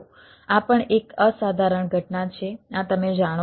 તો આ પણ એક અસાધારણ ઘટના છે આ તમે જાણો છો